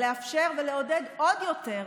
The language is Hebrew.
ולאפשר ולעודד עוד יותר,